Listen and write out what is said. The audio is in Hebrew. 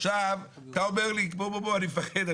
עכשיו אתה אומר לי: אני מפחד,